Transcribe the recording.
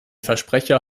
versprecher